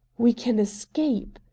we can escape!